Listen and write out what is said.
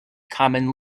common